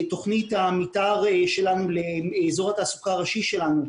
תוכנית המתאר לאזור התעסוקה הראשי שלנו,